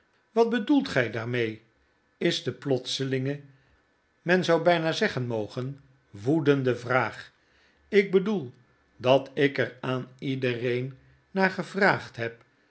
wat bedoelt gy daarraee p is de plotselinge men zou byna zeggen mogen woedende vraag ik bedoel dat ik er aan iedereen naar gevraagd heb